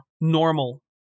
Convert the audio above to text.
normal